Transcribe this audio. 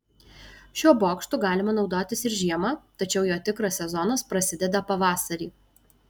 šiuo bokštu galima naudotis ir žiemą tačiau jo tikras sezonas prasideda pavasarį